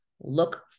look